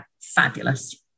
fabulous